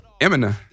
Eminem